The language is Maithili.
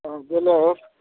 तब बोलक